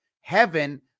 heaven